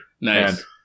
Nice